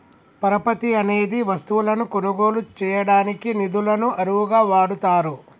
పరపతి అనేది వస్తువులను కొనుగోలు చేయడానికి నిధులను అరువుగా వాడతారు